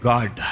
God